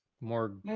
more